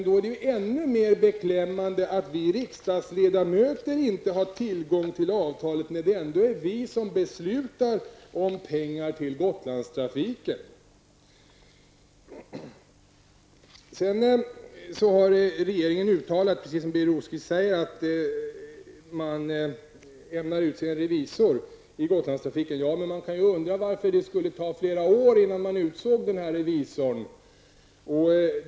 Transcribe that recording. Då är det ännu mer beklämmande att vi riksdagsledamöter inte har tillgång till avtalet. Det är ändå vi som beslutar om pengarna till Gotlandstrafiken. Regeringen har uttalat, precis som Birger Rosqvist säger, att man nu ämnar utse en revisor i Gotlandstrafiken. Man kan undra varför det skulle ta flera år innan man utsåg den här revisorn.